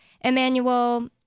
Emmanuel